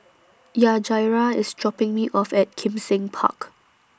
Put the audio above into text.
Yajaira IS dropping Me off At Kim Seng Park